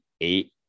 eight